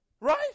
Right